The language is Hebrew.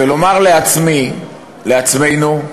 ולומר לעצמי, לעצמנו: